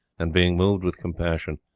and being moved with compassion,